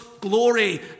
glory